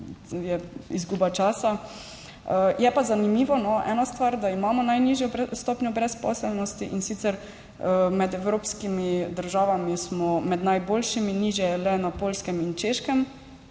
ena stvar – da imamo najnižjo stopnjo brezposelnosti, in sicer med evropskimi državami smo med najboljšimi, nižje je le na Poljskem in Češkem.